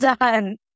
done